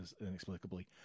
inexplicably